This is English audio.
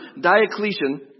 Diocletian